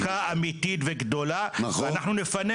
-- במצוקה אמיתית וגדולה ואנחנו נפנה